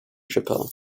chappell